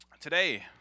Today